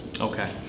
Okay